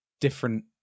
different